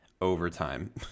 overtime